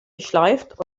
geschleift